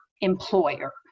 employer